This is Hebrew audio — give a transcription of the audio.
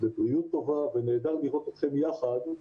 בבריאות טובה ונהדר לראות אתכם יחד,